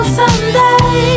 someday